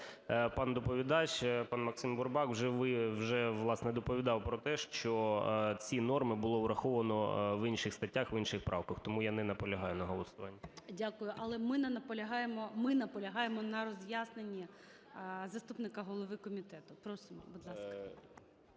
пан доповідач, пан Максим Бурбак вже, власне, доповідав про те, що ці норми було враховано в інших статтях, в інших правках. Тому я не наполягаю на голосуванні. ГОЛОВУЮЧИЙ. Дякую. Але ми наполягаємо на роз'ясненні заступника голови комітету. Просимо, будь ласка.